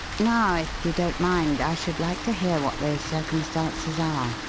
now, if you don't mind, i should like to hear what those circumstances are.